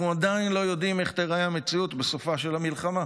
אנחנו עדיין לא יודעים איך תיראה המציאות בסופה של המלחמה,